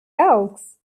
elks